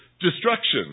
destruction